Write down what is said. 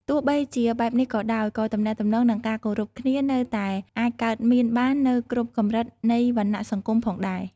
ទោះបីជាបែបនេះក៏ដោយ ក៏ទំនាក់ទំនងនិងការគោរពគ្នានៅតែអាចកើតមានបាននៅគ្រប់កម្រិតនៃវណ្ណៈសង្គមផងដែរ។